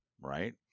Right